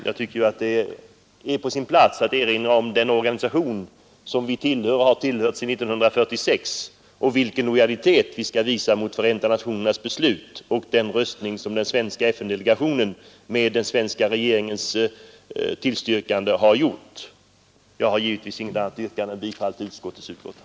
Jag tycker att det är på sin plats att erinra om den organisation som vi tillhör och har tillhört sedan 1946 och om den lojalitet vi bör visa mot Förenta nationernas beslut och den röstning som den svenska delegationen med den svenska regeringens tillstyrkande har gjort. Jag har givetvis inget annat yrkande än bifall till utskottets hemställan.